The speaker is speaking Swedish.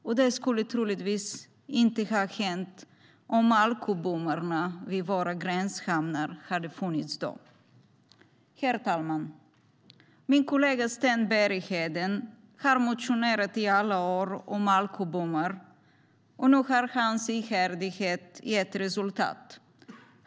Olyckan skulle troligtvis inte ha skett om alkobommarna vid våra gränshamnar hade funnits då. Herr talman! Min kollega Sten Bergheden har motionerat i alla år om alkobommar, och nu har hans ihärdighet gett resultat.